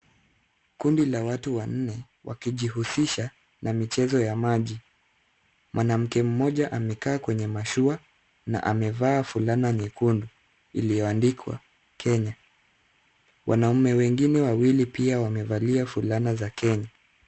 Kundi la watu wanne wakijihusisha na michezo ya maji. Mwanamke mmoja amekaa kwenye mashua na amevaa fulana nyekundu iliyoandikwa Kenya. Wanaume wengine wawili pia wamevalia fulana za Kenya.